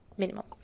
minimum